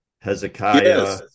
Hezekiah